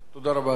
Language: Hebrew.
תודה רבה, אדוני.